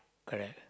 correct